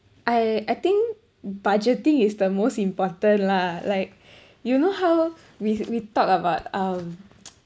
I I think budgeting is the most important lah like you know how we we talked about um